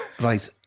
Right